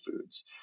foods